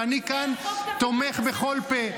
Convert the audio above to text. ואני כאן תומך בכל פה.